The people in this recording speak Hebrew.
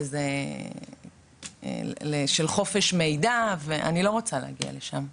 וזה של חופש מידע, ואני לא רוצה להגיע לשם.